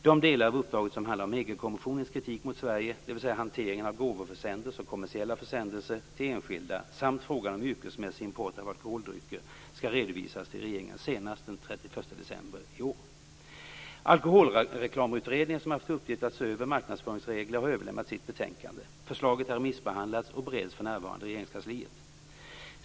De delar av uppdraget som handlar om EG-kommissionens kritik mot Sverige, dvs. hanteringen av gåvoförsändelser och kommersiella försändelser till enskilda samt frågan om yrkesmässig import av alkoholdrycker, skall redovisas till regeringen senast den 31 december 1998. Alkoholreklamutredningen som haft till uppgift att se över nuvarande marknadsföringsregler har överlämnat sitt slutbetänkande. Förslaget har remissbehandlats och bereds för närvarande inom Regeringskansliet.